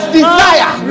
desire